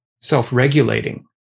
self-regulating